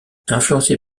influencé